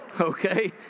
Okay